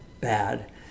bad